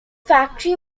factory